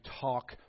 talk